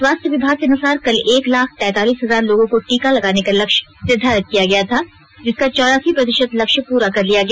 स्वास्थ्य विभाग के अनुसार कल एक लाख तैंतालीस हजार लोगों को टीका लगाने का लक्ष्य निर्धारित किया गया था जिसका चौरासी प्रतिशत लक्ष्य पूरा कर लिया गया